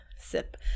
sip